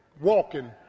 walking